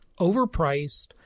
overpriced